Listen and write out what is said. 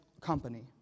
company